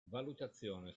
valutazione